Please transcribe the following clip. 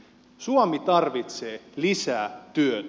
suomi tarvitsee lisää työtä